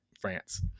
France